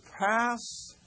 pass